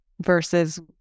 versus